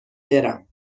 برم